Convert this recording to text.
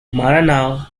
maranao